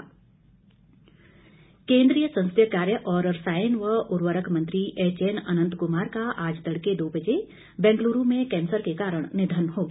अनंत कुमार केन्द्रीय संसदीय काय और रसायन व उर्वरक मंत्री एचएन अनंत कुमार का आज तड़के दो बजे बेंगलूरू में कैंसर के कारण निधन हो गया